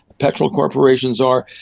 petrol corporations are,